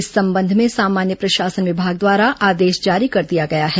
इस संबंध में सामान्य प्रशासन विभाग द्वारा आदेश जारी कर दिया गया है